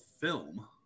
film